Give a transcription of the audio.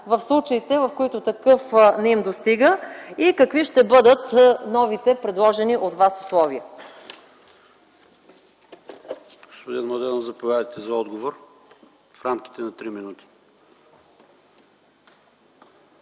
в случаите, в които такъв не им достига, и какви ще бъдат новите предложени от вас условия?